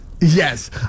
Yes